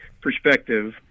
perspective